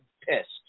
pissed